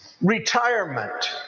retirement